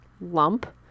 lump